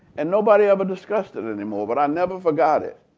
and nobody ever discussed it anymore. but i never forgot it.